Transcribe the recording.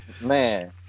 Man